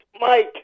Mike